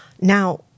Now